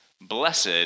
Blessed